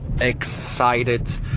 excited